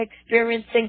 experiencing